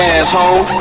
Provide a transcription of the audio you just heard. asshole